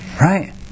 right